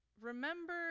remember